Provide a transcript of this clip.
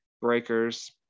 Breakers